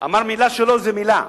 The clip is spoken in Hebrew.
אמר מלה שלו זו מלה,